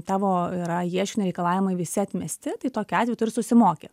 tavo yra ieškinio reikalavimai visi atmesti tai tokiu atveju tu ir susimoki